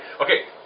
Okay